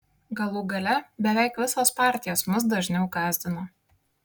galų gale beveik visos partijos mus dažniau gąsdino